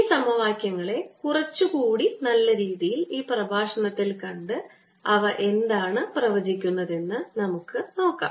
ഈ സമവാക്യങ്ങളെ കുറച്ചുകൂടി നല്ല രീതിയിൽ ഈ പ്രഭാഷണത്തിൽ കണ്ട് അവ എന്താണ് പ്രവചിക്കുന്നത് എന്ന് നോക്കാം